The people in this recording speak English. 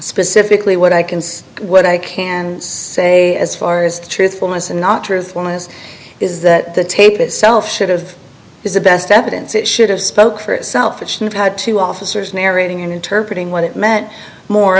pecifically what i can say what i can say as far as truthfulness and not truthfulness is that the tape itself should've is the best evidence it should have spoke for itself had two officers narrating and interpret what it meant more